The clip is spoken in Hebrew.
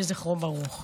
יהי זכרו ברוך.